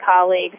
colleagues